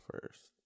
first